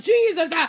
Jesus